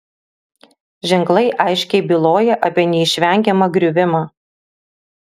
ženklai aiškiai byloja apie neišvengiamą griuvimą